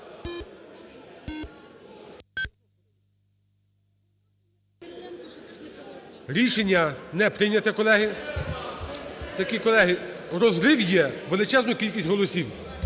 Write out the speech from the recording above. Рішення не прийняте, колеги. Розрив є в величезну кількість голосів.